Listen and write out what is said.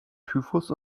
typhus